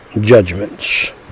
judgments